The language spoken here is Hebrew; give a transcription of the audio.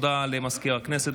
הודעה למזכיר הכנסת.